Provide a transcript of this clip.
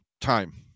time